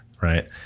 right